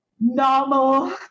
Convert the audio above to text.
normal